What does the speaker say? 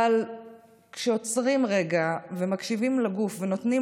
אבל כשעוצרים רגע ומקשיבים לגוף ונותנים